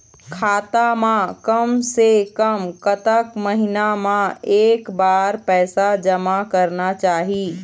खाता मा कम से कम कतक महीना मा एक बार पैसा जमा करना चाही?